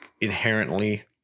inherently